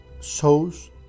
shows